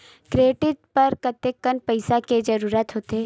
Credit बर कतेकन पईसा के जरूरत होथे?